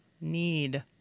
need